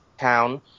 town